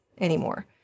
anymore